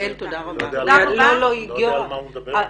אני לא יודע על מה הוא מדבר.